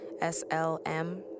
S-L-M